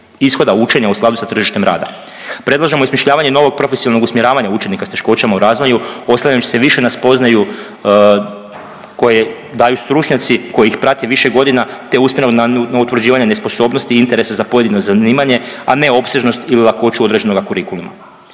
ishoda učenja u skladu sa tržištem rada. Predlažemo osmišljavanje novog profesionalnog usmjeravanja učenika s teškoćama u razvoju, oslanjajući se više na spoznaju koje daju stručnjaci koji ih prate više godina te usmjereno na utvrđivanje nesposobnosti i interesa za pojedino zanimanje, a ne opsežnost ili lakoću određenog kurikuluma.